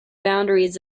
boundaries